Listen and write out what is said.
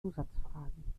zusatzfragen